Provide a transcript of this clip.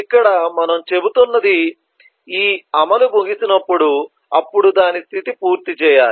ఇక్కడ మనం చెబుతున్నది ఈ అమలు ముగిసినప్పుడు అప్పుడు దాని స్థితి పూర్తి చేయాలి